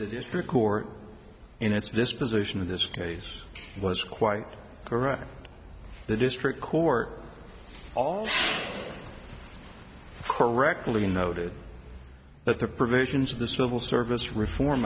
the district court in its disposition of this case was quite correct the district court all correctly noted that the provisions of the civil service reform